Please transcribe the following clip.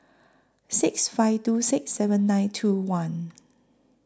six five two six seven nine two one